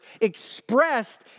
expressed